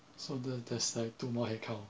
so the that's like two more headcount